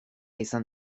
izan